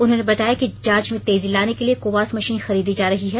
उन्होंने बताया कि जांच में तेजी लाने के लिए कोवास मशीन खरीदी जा रही है